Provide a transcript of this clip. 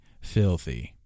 filthy